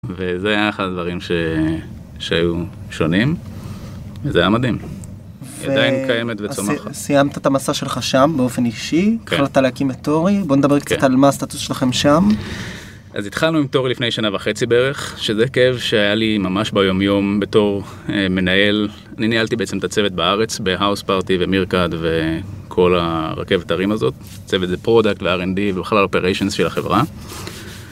וזה היה אחד הדברים שהיו שונים, וזה היה מדהים, היא עדיין קיימת וצומחת. סיימת את המסע שלך שם באופן אישי, החלטת להקים את תורי, בוא נדבר קצת על מה הסטטוס שלכם שם. אז התחלנו עם תורי לפני שנה וחצי בערך, שזה כאב שהיה לי ממש ביומיום בתור מנהל, אני ניהלתי בעצם את הצוות בארץ, בהאוס פארטי ומירקאט וכל הרכבת הרים הזאת, הצוות זה פרודקט ו-R&D ובכלל ה-Operations של החברה.